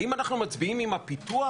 האם אנחנו מצביעים עם הפיתוח?